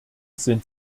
sind